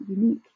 unique